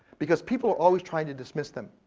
because people are always trying to dismiss them.